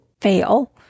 fail